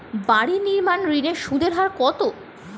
বাড়ি নির্মাণ ঋণের সুদের হার কত?